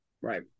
right